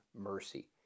mercy